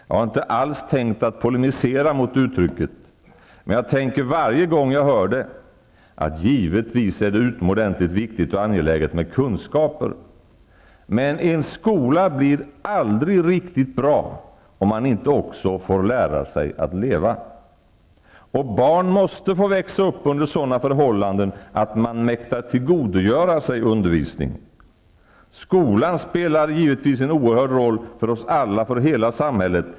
Jag har inte alls tänkt polemisera mot uttrycket, men varje gång jag hör det tänker jag att det givetvis är utomordentligt viktigt och angeläget med kunskaper, men en skola blir aldrig riktigt bra om man inte får lära sig att leva, och barn måste få växa upp under sådana förhållanden att de mäktar tillgodogöra sig undervisning. Skolan spelar givetvis en oerhört stor roll för oss alla och för hela samhället.